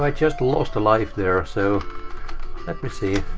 like just lost a life there, so let me see.